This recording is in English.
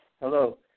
Hello